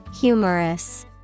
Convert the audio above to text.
humorous